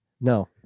No